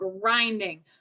grinding